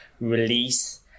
release